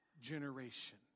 generation